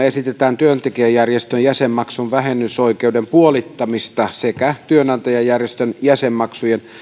esitetään työntekijäjärjestön jäsenmaksun vähennysoikeuden puolittamista sekä työnantajajärjestön jäsenmaksun